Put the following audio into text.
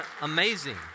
amazing